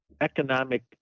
economic